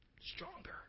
stronger